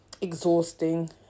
exhausting